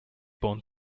born